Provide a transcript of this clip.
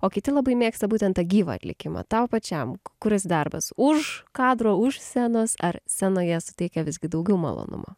o kiti labai mėgsta būtent tą gyvą atlikimą tau pačiam kuris darbas už kadro už scenos ar scenoje suteikia visgi daugiau malonumo